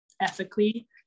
ethically